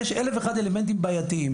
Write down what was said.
יש אלף ואחד אלמנטים בעיתיים.